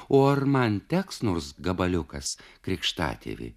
o ar man teks nors gabaliukas krikštatėvi